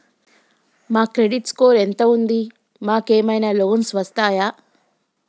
మా credit score ఎంత ఉంది? మాకు ఏమైనా లోన్స్ వస్తయా?